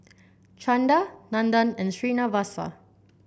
Chanda Nandan and Srinivasa